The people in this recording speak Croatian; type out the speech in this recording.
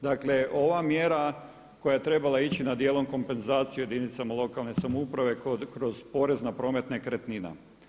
Dakle, ova mjera koja je trebala ići na dijelom kompenzacije jedinicama lokalne samouprave kroz porez na promet nekretnina.